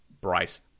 Bryce